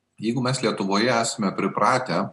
jeigu mes lietuvoje esame pripratę